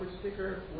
sticker